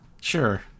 Sure